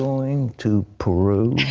going to peru